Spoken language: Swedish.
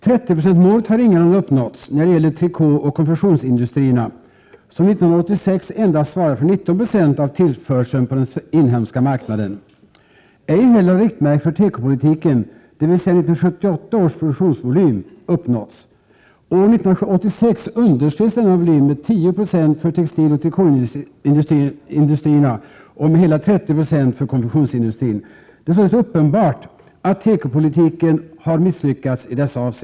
30-procentsmålet har ingalunda uppnåtts när det gäller trikåoch konfektionsindustrierna, som 1986 svarade för endast 19 90 av tillförseln på den inhemska marknaden. Ej heller har riktmärket för tekopolitiken, dvs. 1978 års produktionsvolym, uppnåtts. År 1986 underskreds denna volym med 10 96 för textiloch trikåindustrierna och med hela 30 96 för konfektionsindustrin. Det är således uppenbart att tekopolitiken i dessa avseenden har misslyckats.